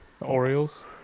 Orioles